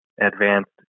advanced